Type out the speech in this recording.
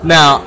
Now